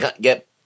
get